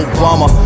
Obama